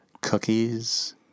cookies